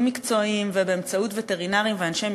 מקצועיים ובאמצעות וטרינרים ואנשי מקצוע,